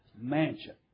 mansion